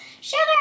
sugar